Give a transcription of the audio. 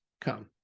come